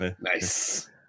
Nice